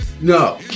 no